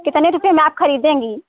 कितने रुपये में आप ख़रीदेंगी